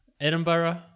Edinburgh